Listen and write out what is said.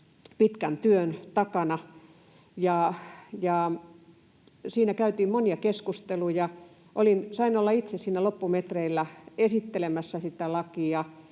pitkän työn takana, ja siinä käytiin monia keskusteluja. Sain olla itse siinä loppumetreillä esittelemässä sitä